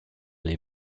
les